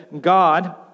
God